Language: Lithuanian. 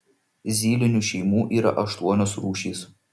zylinių šeimų yra aštuonios rūšys